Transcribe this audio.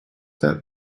that